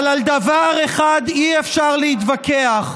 אבל על דבר אחד אי-אפשר להתווכח: